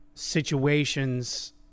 situations